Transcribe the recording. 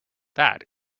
that